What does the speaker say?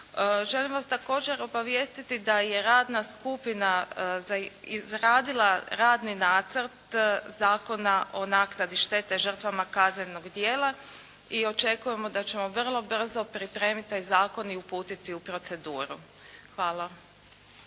Želim vas također obavijestiti da je radna skupina izradila radni nacrt Zakona o naknadi štete žrtvama kaznenog djela i očekujemo da ćemo vrlo brzo pripremiti taj zakon i uputiti u proceduru. Hvala.